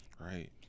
Right